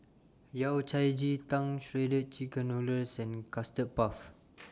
Yao Cai Ji Tang Shredded Chicken Noodles and Custard Puff